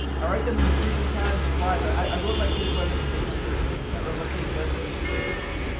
i write them in the crucial times of life. i i wrote my kids letters when they turned thirteen, i wrote my kids letters when they turn sixteen,